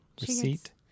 receipt